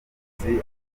umugenzi